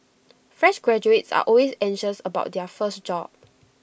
fresh graduates are always anxious about their first job